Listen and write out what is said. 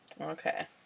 Okay